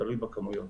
תלוי בכמויות.